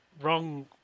wrong